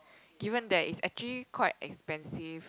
given that is actually quite expensive